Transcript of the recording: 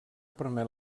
permet